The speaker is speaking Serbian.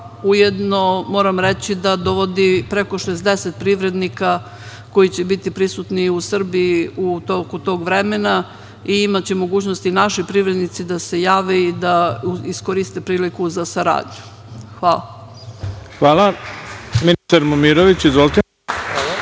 ujedno moram reći da dovodi preko 60 privrednika koji će biti prisutni u Srbiji u toku tog vremena i imaće mogućnosti naši privrednici da se jave i da iskoriste priliku za saradnju. Hvala. **Ivica Dačić** Hvala. Reč ima ministar Momirović. Izvolite.